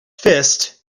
fist